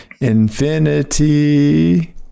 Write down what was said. Infinity